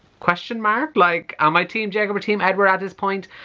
question mark? like am i team jacob or team edward at this point,